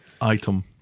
item